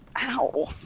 Ow